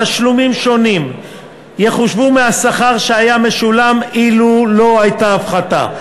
תשלומים שונים יחושבו מהשכר שהיה משולם אילו לא הייתה הפחתה.